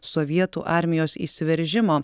sovietų armijos įsiveržimo